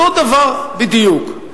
אותו דבר בדיוק.